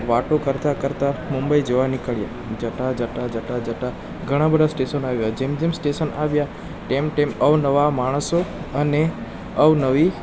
વાતો કરતા કરતા મુંબઈ જવા નીકળ્યા જતાં જતાં જતાં જતાં જતાં ઘણાં બધાં સ્ટેશન આવ્યાં જેમ જેમ સ્ટેશન આવ્યાં તેમ તેમ અવનવા માણસો અને અવનવી